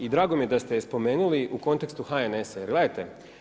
I drago mi je da ste ju spomenuli u kontekstu HNS-a, jer gledajte.